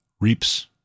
reaps